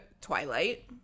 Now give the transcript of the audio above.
Twilight